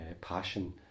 passion